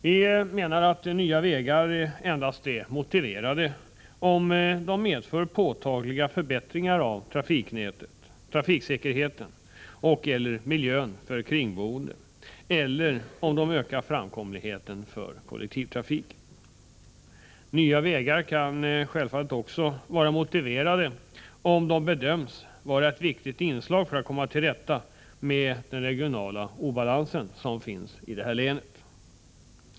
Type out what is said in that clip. Vi menar att nya vägar endast är motiverade om de medför påtagliga förbättringar av trafiksäkerheten och/eller miljön för de kringboende, eller om de ökar framkomligheten för kollektivtrafiken. Nya vägar kan självfallet också vara motiverade om de bedöms vara ett viktigt inslag för att komma till rätta med den regionala obalans som finns i Stockholms län.